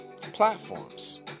platforms